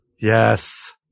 yes